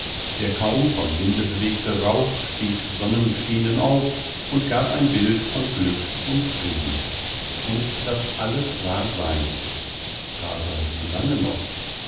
der kaum vom winde bewegte rauch stieg sonnenbeschienen auf und gab ein bild von glück und frieden und das alles war sein aber wie lange noch